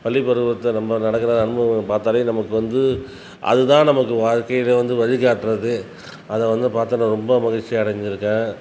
பள்ளி பருவத்தை நம்ம நடக்கிற அனுபவத்தை பார்த்தாலே நமக்கு வந்து அது தான் நமக்கு வாழ்க்கையிலே வந்து வழிகாட்டுறது அது வந்து பார்த்தோன ரொம்ப மகிழ்ச்சி அடைஞ்சுருக்கேன்